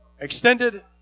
Extended